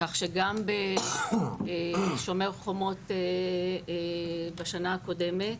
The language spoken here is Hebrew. כך שגם ב"שומר חומות" בשנה הקודמת